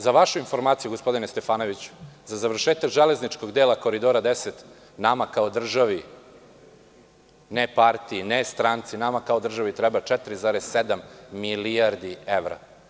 Za vašu informaciju gospodine Stefanoviću, za završetak železničkog dela Koridora 10 nama kao državi, ne partiji, ne stranci, nama kao državi, treba 4,7 milijardi evra.